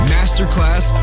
Masterclass